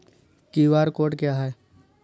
QR code क्या है?